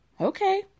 Okay